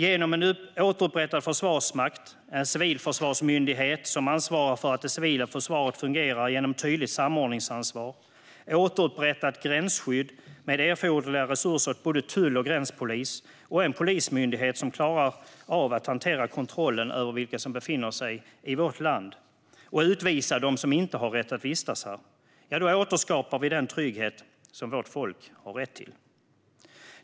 Genom en återupprättad försvarsmakt, en civilförsvarsmyndighet som ansvarar för att det civila försvaret fungerar genom ett tydligt samordningsansvar, ett återupprättat gränsskydd med erforderliga resurser åt både tull och gränspolis och en polismyndighet som klarar av att hantera kontrollen över vilka som befinner sig i vårt land och att utvisa dem som inte har rätt att vistas här återskapar vi den trygghet som vårt folk har rätt till.